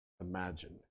imagine